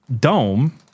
dome